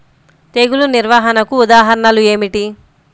తెగులు నిర్వహణకు ఉదాహరణలు ఏమిటి?